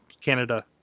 canada